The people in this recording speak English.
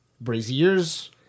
Braziers